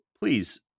please